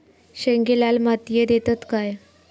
शेंगे लाल मातीयेत येतत काय?